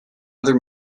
other